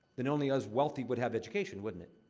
then only us wealthy would have education, wouldn't it?